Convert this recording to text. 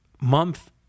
month